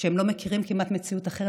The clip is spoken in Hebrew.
והם לא מכירים כמעט מציאות אחרת.